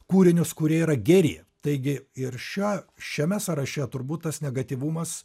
kūrinius kurie yra geri taigi ir šio šiame sąraše turbūt tas negatyvumas